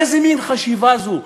איזה מין חשיבה זו,